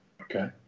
Okay